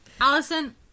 Allison